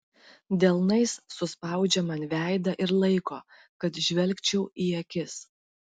delnais suspaudžia man veidą ir laiko kad žvelgčiau į akis